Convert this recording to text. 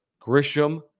Grisham